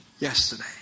Yesterday